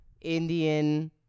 Indian